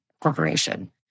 Corporation